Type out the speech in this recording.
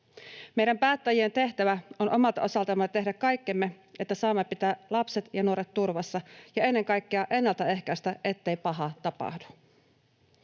Meidän päättäjien tehtävä on omalta osaltamme tehdä kaikkemme, että saamme pitää lapset ja nuoret turvassa ja ennen kaikkea ennaltaehkäistä, ettei pahaa tapahdu.